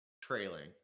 trailing